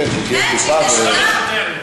להעביר את זה לוועדה אחרת?